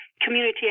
community